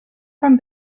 from